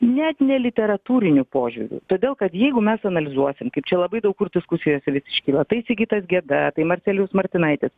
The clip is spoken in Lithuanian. net ne literatūriniu požiūriu todėl kad jeigu mes analizuosim kaip čia labai daug kur diskusijose vis iškyla tai sigitas geda marcelijus martinaitis